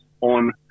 on